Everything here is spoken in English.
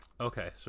Okay